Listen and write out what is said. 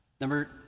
Number